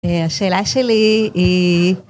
השאלה שלי היא